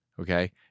Okay